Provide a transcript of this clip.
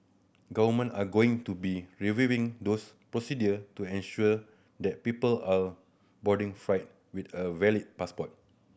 government are going to be reviewing those procedure to ensure that people are boarding flight with a valid passport